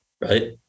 right